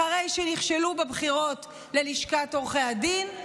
אחרי שנכשלו בבחירות ללשכת עורכי הדין,